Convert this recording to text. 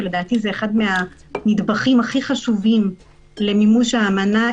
שלדתי זה אחד הנדבכים הכי חשובים למימוש האמנה.